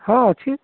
ହଁ ଅଛି